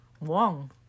Wong